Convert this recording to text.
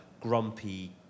grumpy